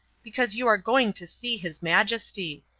because you are going to see his majesty.